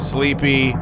Sleepy